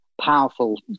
powerful